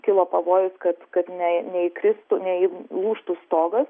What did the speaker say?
kilo pavojus kad kad ne neįkristų neį lūžtų stogas